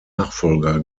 nachfolger